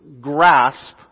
grasp